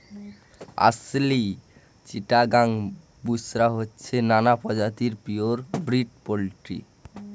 আসিল, চিটাগাং, বুশরা হচ্ছে নানা প্রজাতির পিওর ব্রিড পোল্ট্রি